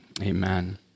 Amen